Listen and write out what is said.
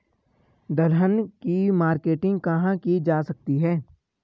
दलहन की मार्केटिंग कहाँ की जा सकती है?